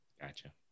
Gotcha